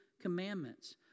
commandments